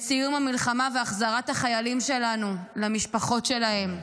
את סיום המלחמה והחזרת החיילים שלנו למשפחות שלהם.